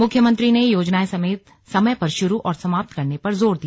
मुख्यमंत्री ने योजनाए समय पर शुरू और समाप्त करने पर जोर दिया